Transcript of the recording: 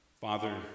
Father